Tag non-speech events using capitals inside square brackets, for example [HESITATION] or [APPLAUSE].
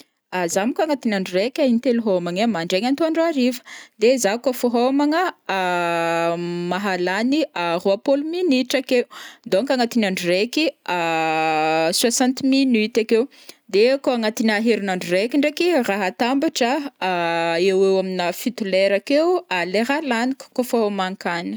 [HESITATION] zaho mônko agnatin'ny andro raiky ai, in-telo homagna ai: mandraingny, antoandro, hariva, de zah kaofa homagna [HESITATION] mahalany [HESITATION] roapôlo minitra akeo donc agnatin'ny andro raiky [HESITATION] soixante minutes akeo, de kô agnatin'ny herin'andro raiky ndraiky raha atambatra [HESITATION] eo ho eo aminà fito lera akeo [HESITATION] lera laniko kaofa homagnan-kanigny.